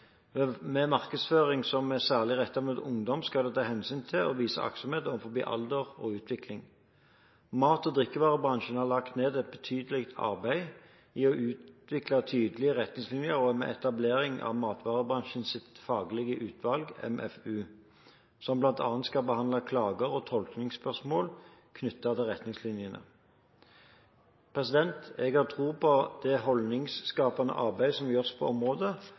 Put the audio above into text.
Ved markedsføring som er særlig rettet mot ungdom, skal det tas hensyn til og vises aktsomhet overfor alder og utvikling. Mat- og drikkevarebransjen har lagt ned et betydelig arbeid med å utvikle tydelige retningslinjer og med etablering av Matvarebransjens Faglige Utvalg, MFU, som bl.a. skal behandle klager og tolkningsspørsmål knyttet til retningslinjene. Jeg har tro på det holdningsskapende arbeidet som gjøres på området,